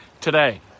today